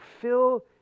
fill